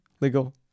legal